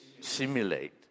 simulate